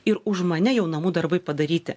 ir už mane jau namų darbai padaryti